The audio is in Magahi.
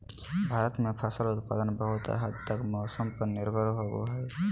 भारत में फसल उत्पादन बहुत हद तक मौसम पर निर्भर होबो हइ